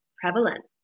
prevalent